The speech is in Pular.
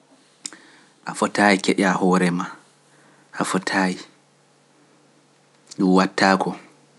A fotayi keƴa hoore maa, a fotaayi, dun wattaako.